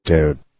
Dude